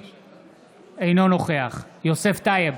אינו נוכח יוסף טייב,